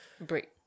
Break